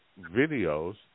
videos